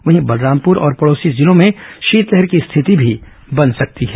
वहीं बलरामपुर और पड़ोसी जिलों में शीतलहर की स्थिति भी बन सकती है